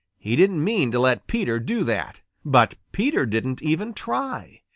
he didn't mean to let peter do that. but peter didn't even try.